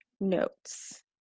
notes